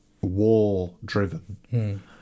war-driven